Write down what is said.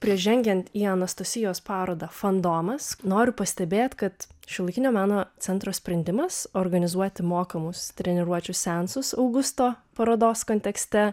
prieš žengiant į anastasijos parodą fandomas noriu pastebėt kad šiuolaikinio meno centro sprendimas organizuoti mokamus treniruočių seansus augusto parodos kontekste